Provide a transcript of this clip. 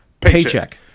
Paycheck